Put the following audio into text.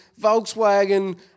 Volkswagen